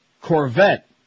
Corvette